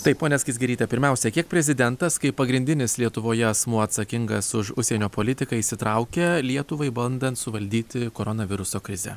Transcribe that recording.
taip ponia skaisgiryte pirmiausia kiek prezidentas kaip pagrindinis lietuvoje asmuo atsakingas už užsienio politiką įsitraukia lietuvai bandant suvaldyti koronaviruso krizę